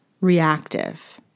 reactive